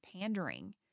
pandering